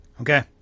Okay